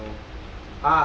ya I know